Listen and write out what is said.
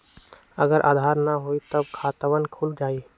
अगर आधार न होई त खातवन खुल जाई?